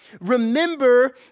Remember